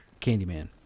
Candyman